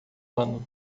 ano